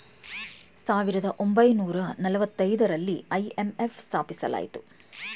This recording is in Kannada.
ಸಾವಿರದ ಒಂಬೈನೂರ ನಾಲತೈದರಲ್ಲಿ ಐ.ಎಂ.ಎಫ್ ಸ್ಥಾಪಿಸಲಾಯಿತು